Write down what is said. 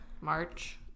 March